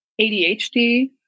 ADHD